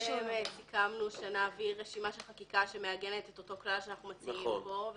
סיכמנו שנעביר רשימה של חקיקה שמעגנת את אותו כלל שאנחנו מציעים פה.